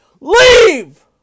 leave